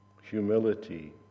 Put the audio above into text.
humility